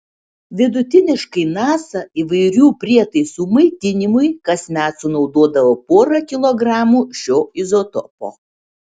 vidutiniškai nasa įvairių prietaisų maitinimui kasmet sunaudodavo porą kilogramų šio izotopo